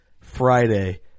Friday